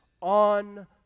on